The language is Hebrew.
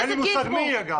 אין לי מושג מי החברה הזו,